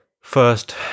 first